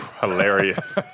Hilarious